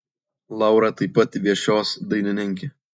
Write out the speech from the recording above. laura taip pat viešios dainininkė